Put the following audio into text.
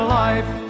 life